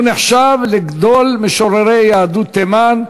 הוא נחשב לגדול משוררי יהדות תימן.